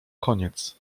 koniec